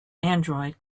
android